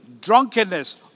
drunkenness